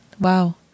Wow